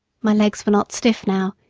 my legs were not stiff now,